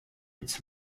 its